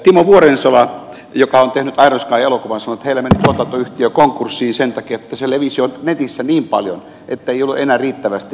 timo vuorensola joka on tehnyt iron sky elokuvan sanoi että heillä meni tuotantoyhtiö konkurssiin sen takia että se levisi jo netissä niin paljon että ei ollut enää riittävästi elokuvan katsojia